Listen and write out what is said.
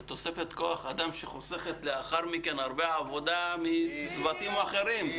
זאת תוספת כוח אדם שחוסכת לאחר מכן הרבה עבודה מצוותים אחרים.